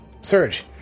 Surge